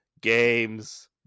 games